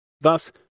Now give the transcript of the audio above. Thus